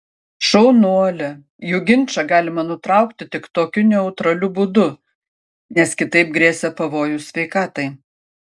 šaunuolė jų ginčą galima nutraukti tik tokiu neutraliu būdu nes kitaip grėsė pavojus sveikatai